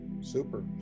Super